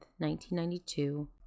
1992